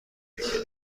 بگیریم